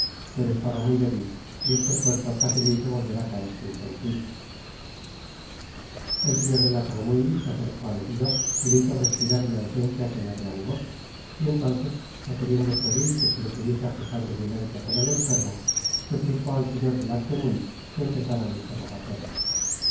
pero estaba muy débil y este esfuerzo casi le hizo volver á caer sin sentido el señor de la tremouille se acercó al herido y le hizo respirar una esencia que le reanimó y entonces no queriendo treville que se le pudiese acusar de violencia con el enfermo suplicó al señor de la tremouille que empezára el interrogatorio